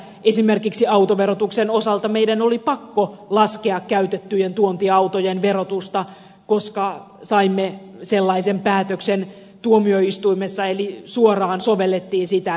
esimerkiksi autoverotuksen osalta meidän oli pakko laskea käytettyjen tuontiautojen verotusta koska saimme sellaisen päätöksen tuomioistuimessa eli suoraan sovellettiin sitä